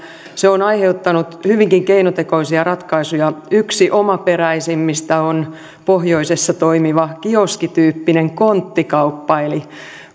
se on aiheuttanut hyvinkin keinotekoisia ratkaisuja yksi omaperäisimmistä on pohjoisessa toimiva kioskityyppinen konttikauppa eli